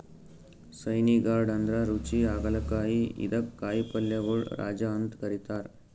spiny gourd ಅಂದ್ರ ರುಚಿ ಹಾಗಲಕಾಯಿ ಇದಕ್ಕ್ ಕಾಯಿಪಲ್ಯಗೊಳ್ ರಾಜ ಅಂತ್ ಕರಿತಾರ್